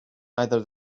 neither